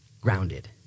grounded